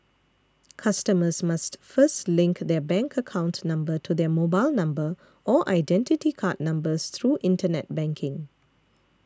customers must first link their bank account number to their mobile number or Identity Card numbers through internet banking